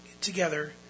together